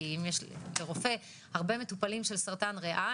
כי אם יש לרופא הרבה מטופלים של סרטן ריאה,